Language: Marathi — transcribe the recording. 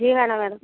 ठीक आहे ना मॅडम